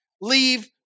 leave